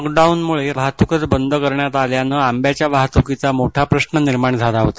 लॉकडाऊनमुळे वाहतूकच बद करण्यात आल्यानं आंब्याच्या वाहतूकीचा मोठा प्रश्न निर्माण झाला होता